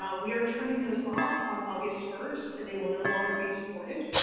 um we are turning those off on august first. and they will no longer be supported.